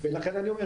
לכן אני אומר,